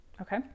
okay